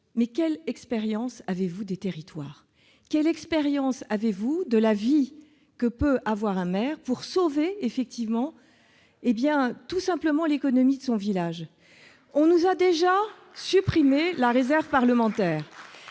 mais quelle expérience avez-vous des territoires ? Quelle expérience avez-vous de ce que vit un maire lorsqu'il cherche tout simplement à sauver l'économie de son village ? On nous a déjà supprimé la réserve parlementaire.